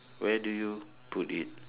where do you put it